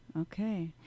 Okay